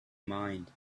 mind